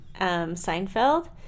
Seinfeld